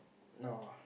no